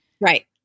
Right